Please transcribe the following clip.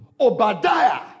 Obadiah